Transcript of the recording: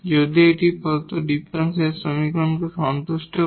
যদি এটি প্রদত্ত ডিফারেনশিয়াল সমীকরণকে সন্তুষ্ট করে